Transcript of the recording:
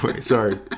sorry